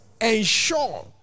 ensure